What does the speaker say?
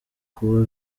kuba